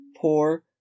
poor